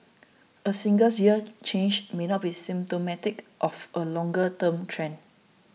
a singles year change may not be symptomatic of a longer term trend